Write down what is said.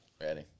ready